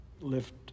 lift